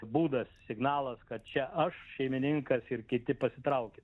būdas signalas kad čia aš šeimininkas ir kiti pasitraukit